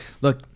look